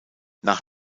nach